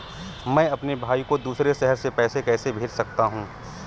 मैं अपने भाई को दूसरे शहर से पैसे कैसे भेज सकता हूँ?